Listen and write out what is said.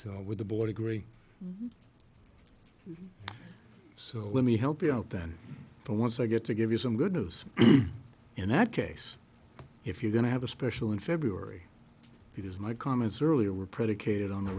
so with the board agree so let me help you out then for once i get to give you some good news in that case if you're going to have a special in february because my comments earlier were predicated on the